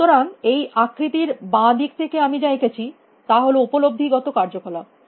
সুতরাং এই আকৃতির বাঁ দিকে আমি যা এঁকেছি তা হল উপলব্ধি গত কার্যকলাপ